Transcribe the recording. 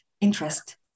interest